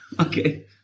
Okay